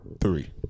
Three